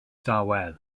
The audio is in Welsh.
dawel